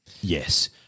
Yes